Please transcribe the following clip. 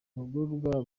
abagororwa